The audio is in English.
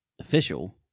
official